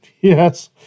Yes